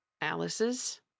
Alice's